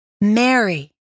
Mary